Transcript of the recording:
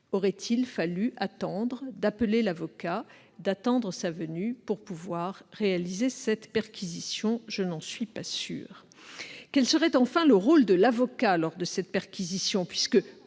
Aurait-il fallu attendre l'appel de l'avocat puis sa venue pour pouvoir réaliser cette perquisition ? Je n'en suis pas sûre. Quel serait, enfin, le rôle de l'avocat lors de cette perquisition ?